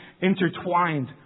intertwined